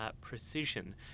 precision